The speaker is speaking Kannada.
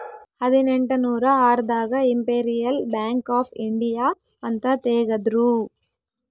ಹದಿನೆಂಟನೂರ ಆರ್ ದಾಗ ಇಂಪೆರಿಯಲ್ ಬ್ಯಾಂಕ್ ಆಫ್ ಇಂಡಿಯಾ ಅಂತ ತೇಗದ್ರೂ